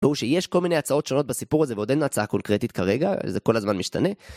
והוא שיש כל מיני הצעות שונות בסיפור הזה ועוד אין הצעה קונקרטית כרגע, זה כל הזמן משתנה.